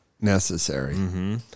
necessary